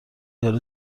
یارو